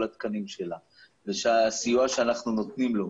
התקנים שלה והסיוע שאנחנו נותנים לו,